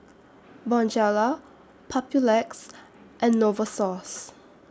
Bonjela Papulex and Novosource